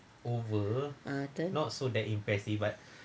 ah then